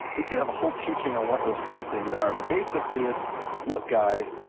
we could have a whole teaching on what those four things are but basically it's look guys,